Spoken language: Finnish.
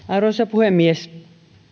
arvoisa puhemies